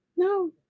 No